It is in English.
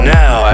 now